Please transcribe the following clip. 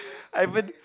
I haven't